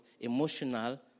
emotional